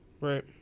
Right